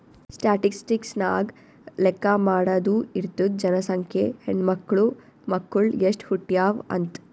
statistics ನಾಗ್ ಲೆಕ್ಕಾ ಮಾಡಾದು ಇರ್ತುದ್ ಜನಸಂಖ್ಯೆ, ಹೆಣ್ಮಕ್ಳು, ಮಕ್ಕುಳ್ ಎಸ್ಟ್ ಹುಟ್ಯಾವ್ ಅಂತ್